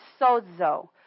sozo